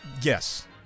Yes